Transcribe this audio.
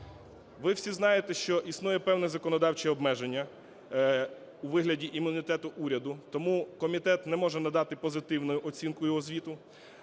Ви всі знаєте, що існує певне законодавче обмеження у вигляді імунітету уряду, тому комітет не може надати позитивну оцінку його звіту.